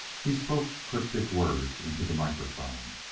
he spoke cryptic words into the microphone,